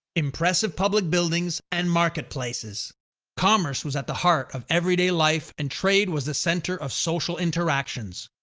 impressive public buildings and marketplaces commerce was at the heart of everyday life and trade was the center of social interactions.